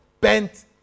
bent